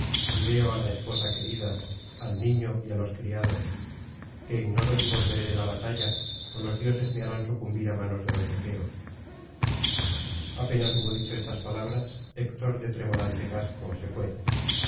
y veo á la esposa querida al niño y á los criados que ignoro si volveré de la batalla ó los dioses me harán sucumbir á manos de los aqueos apenas hubo dicho estas palabras héctor de tremolante casco se fué